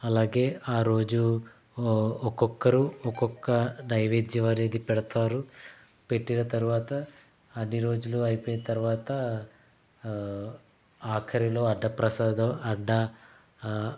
అలాగే ఆరోజు ఒ ఒక్కొక్కరు ఒక్కొక్క నైవేద్యం అనేది పెడతారు పెట్టిన తర్వాత అన్ని రోజులు అయిపోయిన తర్వాత ఆఖరిలో అన్నప్రసాదం అన్న